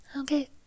Okay